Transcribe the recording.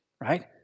right